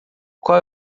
qual